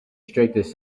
strictest